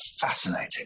fascinating